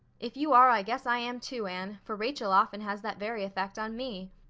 if you are i guess i am too, anne, for rachel often has that very effect on me.